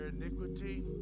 iniquity